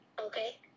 okay